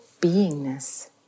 beingness